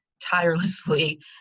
tirelessly